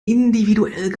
individuell